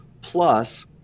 plus